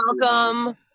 welcome